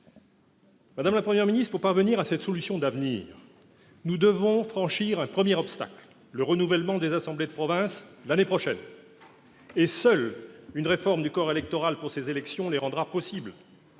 sur ce chemin. Pour parvenir à cette solution d'avenir, nous devons franchir un premier obstacle : le renouvellement des assemblées de provinces l'année prochaine. Et seule une réforme du corps électoral pour ces élections les rendra possibles.